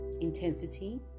intensity